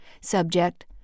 Subject